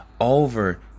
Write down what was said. over